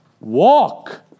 walk